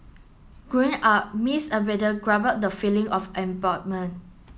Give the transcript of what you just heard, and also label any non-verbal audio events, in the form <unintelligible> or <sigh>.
growing up Miss Abbott grappled the feeling of <unintelligible>